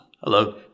Hello